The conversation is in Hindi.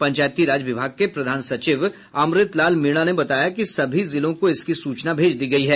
पंचायती राज विभाग के प्रधान सचिव अमृत लाल मीणा ने बताया कि सभी जिलों को इसकी सूचना भेज दी गयी है